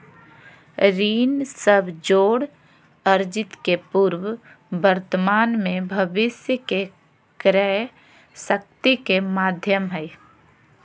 ऋण सब जोड़ अर्जित के पूर्व वर्तमान में भविष्य के क्रय शक्ति के माध्यम हइ